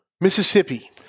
Mississippi